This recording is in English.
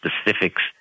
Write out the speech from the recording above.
specifics